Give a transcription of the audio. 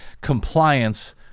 compliance